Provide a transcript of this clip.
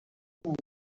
drank